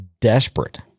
desperate